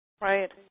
right